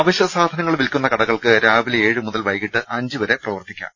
അവശ്യ സാധ ന ങ്ങൾ വിൽക്കുന്ന കട കൾക്ക് രാവിലെ ഏഴുമുതൽ വൈകിട്ട് അഞ്ചുവരെ പ്രവർത്തി ക്കാം